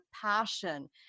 passion